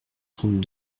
trente